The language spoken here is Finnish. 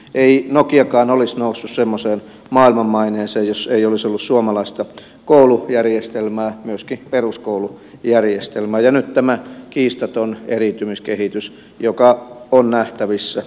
ei nokiakaan olisi noussut semmoiseen maailmanmaineeseen jos ei olisi ollut suomalaista koulujärjestelmää myöskin peruskoulujärjestelmää ja nyt tämä kiistaton eriytymiskehitys joka on nähtävissä huolettaa